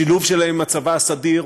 בשילוב שלהם עם הצבא הסדיר,